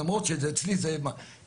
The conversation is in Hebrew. למרות שזה אצלי זה שלישי,